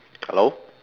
hello